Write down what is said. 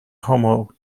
homo